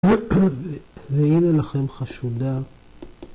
והנה לכם חשודה